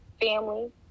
family